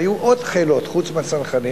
היו בצבא עוד חילות חוץ מהצנחנים.